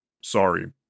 sorry